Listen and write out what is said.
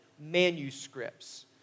manuscripts